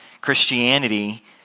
Christianity